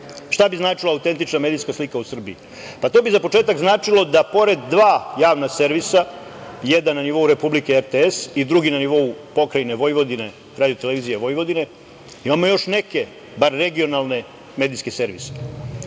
bi značila autentična medijska slika u Srbiji? To bi za početak značilo da pored dva javna servisa, jedan na nivou republike RTS i drugi na nivou pokrajine Vojvodine RTV, imamo još neke bar regionalne medijske servise. Ne